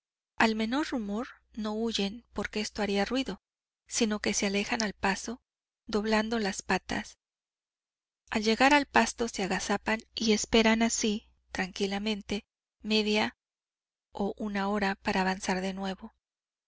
al menor rumor no huyen porque esto haría ruido sino se alejan al paso doblando las patas al llegar al pasto se agazapan y esperan así tranquilamente media o una hora para avanzar de nuevo